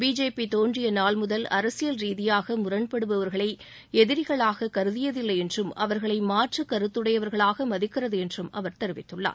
BJP தோன்றிய நாள் முதல் அரசியல் ரீதியாக முரண்படுபவர்களை எதிரிகளாக கருதியதில்லை என்றும் அவர்களை மாற்று கருத்துடையவர்களாக மதிக்கிறது என்றும் அவர் தெரிவித்துள்ளார்